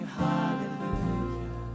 hallelujah